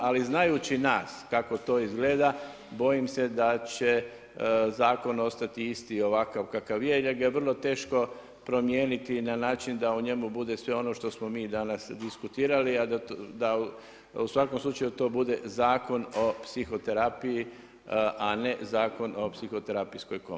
Ali znajući nas kako to izgleda, bojim se da će zakon ostati isti ovakav kakav je i da ga je vrlo teško promijeniti na način da u njemu bude sve ono što smo mi danas diskutirali a da u svakom slučaju to bude Zakon o psihoterapiji, a ne Zakon o psihoterapijskoj komori.